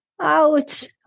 Ouch